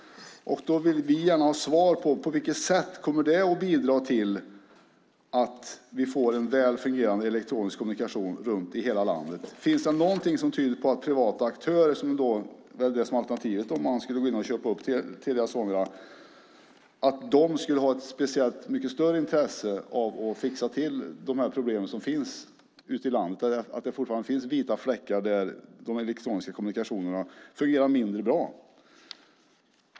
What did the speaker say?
Då vill vi gärna ha ett svar: På vilket sätt kommer det att bidra till att vi får en väl fungerande elektronisk kommunikation i hela landet? Finns det någonting som tyder på att privata aktörer, som väl är alternativet om någon ska köpa upp Telia Sonera, skulle ha speciellt mycket större intresse av att fixa till de problem som finns ute i landet? Det finns fortfarande vita fläckar där de elektroniska kommunikationerna fungerar mindre bra.